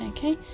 Okay